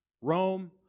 Rome